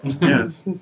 Yes